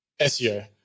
SEO